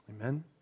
Amen